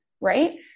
right